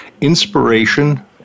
inspiration